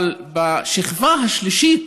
אבל בשכבה השלישית,